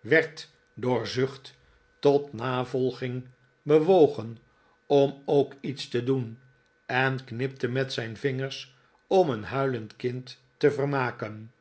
werd door zucht tot navolging bewogen om ook iets te doen en knipte met zijn vingers om een huilend kind te vermaken